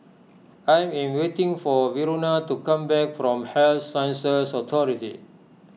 I am waiting for Verona to come back from Health Sciences Authority